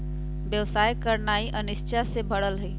व्यवसाय करनाइ अनिश्चितता से भरल हइ